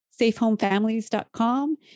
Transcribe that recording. safehomefamilies.com